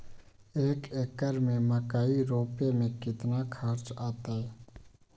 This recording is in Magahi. एक एकर में मकई रोपे में कितना खर्च अतै?